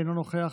אינו נוכח.